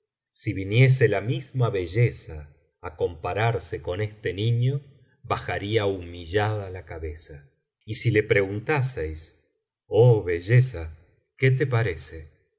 si viniese la misma belleza á compararse con este niño bajaría humillada la cabeza y si le preguntaseis oh belleza qué te parece